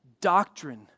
doctrine